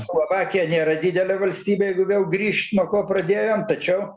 slovakija nėra didelė valstybė jeigu vėl grįžt nuo ko pradėjom tačiau